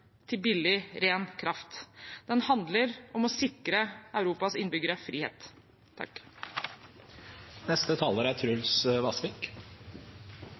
billig, ren kraft, den handler som å sikre Europas innbyggere frihet. Det nordiske samarbeidet er